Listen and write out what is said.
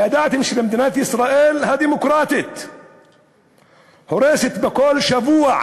הידעתם שמדינת ישראל הדמוקרטית הורסת בכל שבוע